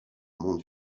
monde